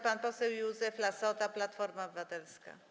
Pan poseł Józef Lassota, Platforma Obywatelska.